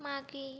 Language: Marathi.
मागे